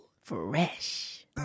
Fresh